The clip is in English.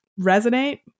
resonate